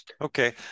okay